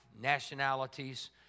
nationalities